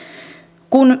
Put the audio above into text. kun